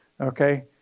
Okay